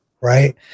right